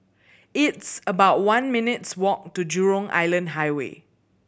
it's about one minutes' walk to Jurong Island Highway